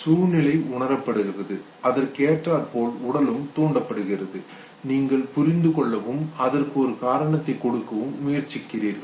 எனவே சூழ்நிலை உணரப்படுகிறது அதற்கேற்றார் போல் உடலும் தூண்டப்படுகிறது நீங்கள் புரிந்து கொள்ளவும் அதற்கு ஒரு காரணத்தை கொடுக்கவும் முயற்சிக்கிறீர்கள்